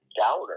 doubter